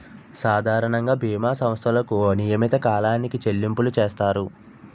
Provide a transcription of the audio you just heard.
సాధారణంగా బీమా సంస్థలకు నియమిత కాలానికి చెల్లింపులు చేస్తారు